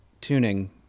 tuning